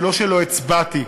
זה לא שלא הצבעתי,